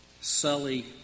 Sully